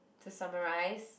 to summarise